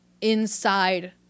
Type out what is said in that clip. inside